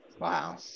Wow